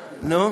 נו.